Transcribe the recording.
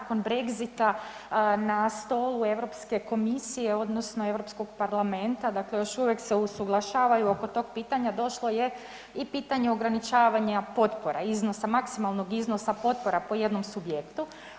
Dakle, nakon Brexita na stolu Europske Komisije, odnosno Europskog Parlamenta, dakle još uvijek se usuglašavaju oko tog pitanja, došlo je i pitanje ograničavanja potpora, iznosa, maksimalnog iznosa potpora po jednom subjektu.